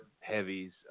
heavies